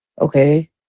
okay